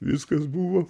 viskas buvo